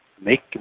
make